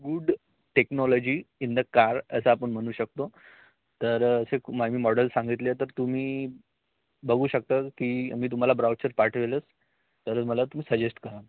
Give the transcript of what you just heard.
good technology in the car असं आपण म्हणू शकतो तर असे मा मी मॉडेल सांगितले तर तुम्ही बघू शकता की मी तुम्हाला ब्राउचर पाठवेलच तर मला तुम्ही सजेस्ट करा